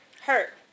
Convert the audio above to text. Hurt